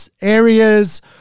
areas